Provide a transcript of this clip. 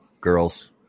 girls